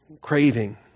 craving